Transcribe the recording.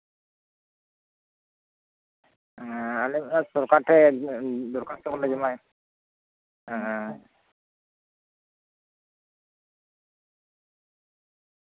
ᱦᱮᱸ ᱟᱞᱮ ᱥᱚᱨᱠᱟᱨ ᱴᱷᱮᱱ ᱫᱚᱨᱠᱷᱟᱥᱛᱚ ᱦᱚᱸᱞᱮ ᱡᱚᱢᱟᱭᱟ